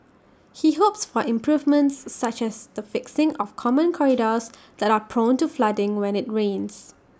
he hopes for improvements such as the fixing of common corridors that are prone to flooding when IT rains